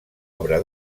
obra